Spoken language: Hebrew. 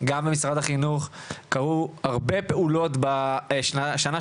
גם במשרד החינוך קרו הרבה פעולות בשנה,